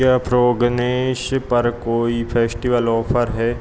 क्या फ़्रोगनेश पर कोई फ़ेश्टिवल ओफ़र है